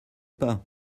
pas